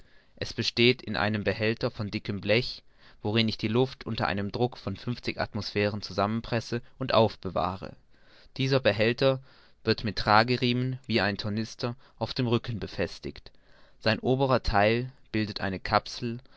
es besteht in einem behälter von dickem blech worin ich die luft unter einem druck von fünfzig atmosphären zusammenpresse und aufbewahre dieser behälter wird mit tragriemen wie ein tornister auf dem rücken befestigt sein oberer theil bildet eine kapsel